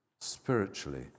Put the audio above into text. spiritually